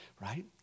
right